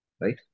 Right